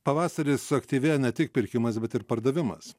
pavasarį suaktyvėja ne tik pirkimas bet ir pardavimas